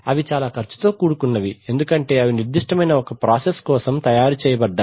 అవి చాలా ఖర్చుతో కూడుకున్నవి ఎందుకంటే అవి ఒక నిర్దిష్టమైన ప్రాసెస్ కోసం తయారు చేయబడ్డాయి